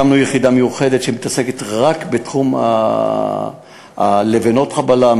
הקמנו יחידה מיוחדת שמתעסקת רק בתחום לבנות החבלה,